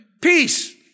Peace